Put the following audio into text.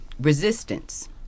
Resistance